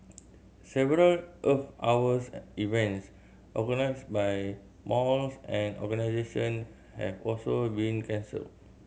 several Earth Hours events organised by malls and organisation have also been cancelled